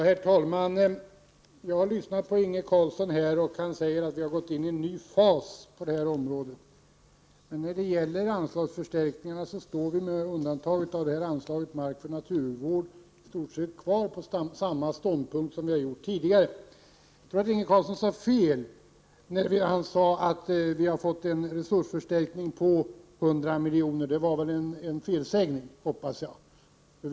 Herr talman! Jag lyssande på Inge Carlssons anförande, och han sade att vi har gått in i en ny fas på detta område. Men när det gäller anslagsförstärkningarna står vi med undantag av anslaget Mark och naturvård i stort sett kvar på samma ståndpunkt som tidigare. Jag tror att Inge Carlsson sade fel när han påstod att vi har fått en resursförstärkning på 100 milj.kr. Jag hoppas att det var en felsägning.